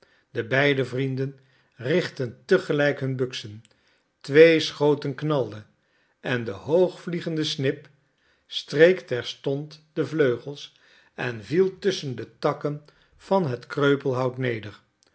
de beide vrienden richtten tegelijkertijd hun buksen twee schoten knalden en de hoogvliegende snip streek terstond de vleugels en viel tusschen de takken van het kreupelhout neder